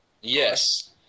Yes